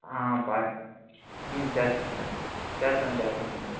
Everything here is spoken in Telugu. బాగా చేస్తాను తమ్ముడు చేస్తాను చేస్తాను తమ్ముడు